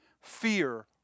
Fear